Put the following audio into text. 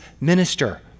minister